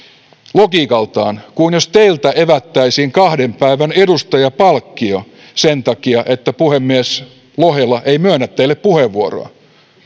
logiikaltaan kuin jos teiltä evättäisiin kahden päivän edustajanpalkkio sen takia että puhemies lohela ei myönnä teille puheenvuoroa